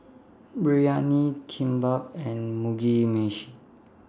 Biryani Kimbap and Mugi Meshi